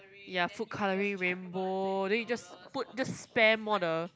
ya food colouring rainbow then you just put just spam all the